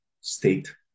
state